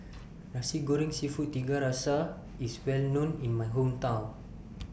Nasi Goreng Seafood Tiga Rasa IS Well known in My Hometown